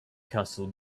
castle